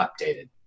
updated